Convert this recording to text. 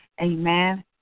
Amen